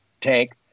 tank